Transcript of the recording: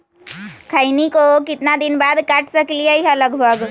खैनी को कितना दिन बाद काट सकलिये है लगभग?